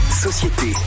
Société